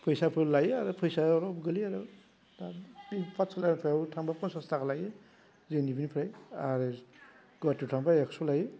फैसाफोर लायो आरो फैसा आर' गोलैयो आर' दा बि पातसालायाव थांब्ला पन्सास थाखा लायो जोंनि बिनिफ्राय आरो गुवाहाटियाव थांब्ला एकस' लायो